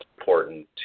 important